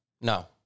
No